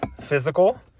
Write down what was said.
physical